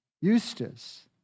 Eustace